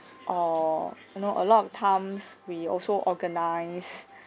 or you know a lot of times we also organise